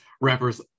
rappers